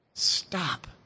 stop